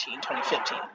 2015